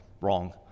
wrong